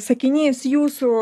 sakinys jūsų